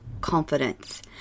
confidence